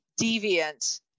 deviant